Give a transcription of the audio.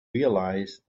realize